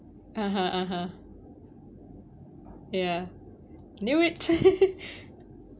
(uh huh) (uh huh) ya knew it